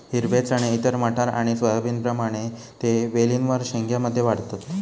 हिरवे चणे इतर मटार आणि सोयाबीनप्रमाणे ते वेलींवर शेंग्या मध्ये वाढतत